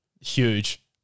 Huge